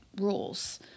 rules